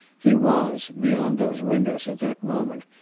he was, beyond those windows at that moment,